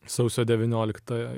sausio devyniolikta